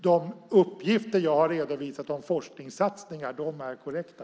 De uppgifter som jag har redovisat om forskningssatsningar är korrekta.